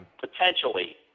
potentially